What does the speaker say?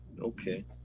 Okay